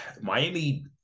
Miami